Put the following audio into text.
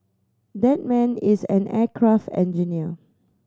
that man is an aircraft engineer